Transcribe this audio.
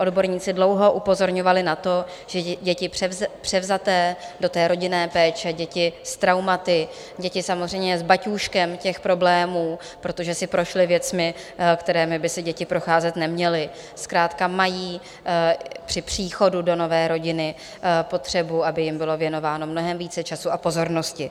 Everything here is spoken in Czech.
Odborníci dlouho upozorňovali na to, že děti převzaté do rodinné péče, děti s traumaty, děti samozřejmě s baťůžkem těch problémů, protože si prošly věcmi, kterými by si děti procházet neměly, zkrátka mají při příchodu do nové rodiny potřebu, aby jim bylo věnováno mnohem více času a pozornosti.